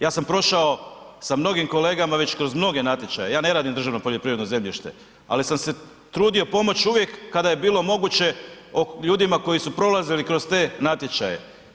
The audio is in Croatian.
Ja sam prošao sa mnogim kolegama već kroz mnoge natječaje, ja ne radim državno poljoprivredno zemljište, ali sam se trudio pomoći uvijek kada je bilo moguće ljudima koji su prolazili kroz te natječaje.